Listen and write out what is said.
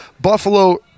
Buffalo